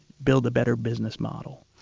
build a better business model'.